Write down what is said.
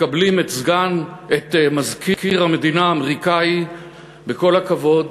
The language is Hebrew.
מקבלים את מזכיר המדינה האמריקני בכל הכבוד,